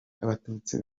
abatutsi